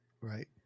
Right